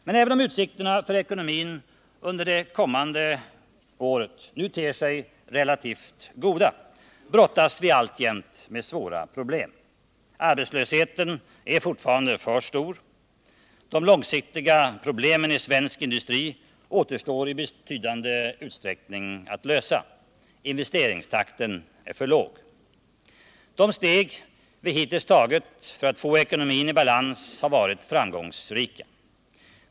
Men även om utsikterna för ekonomin under det kommande året nu ter sig relativt goda brottas vi alltjämt med svåra problem. Arbetslösheten är fortfarande för stor. De långsiktiga problemen i svensk industri återstår i betydande utsträckning att lösa. Investeringstakten är för låg. De steg vi hittills tagit för att få ekonomin i balans har varit framgångsrika.